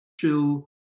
chill